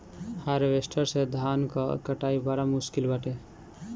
harvester से धान कअ कटाई बड़ा मुश्किल बाटे